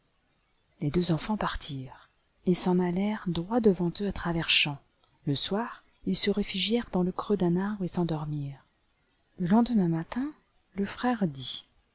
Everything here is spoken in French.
les deux enfants partirent et s'en allèrent droit devant eux à travers champs le soir ils se réfugièrent dans le creux d'un arbre et s'endormirent le lendemain matin le frère dit